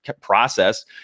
process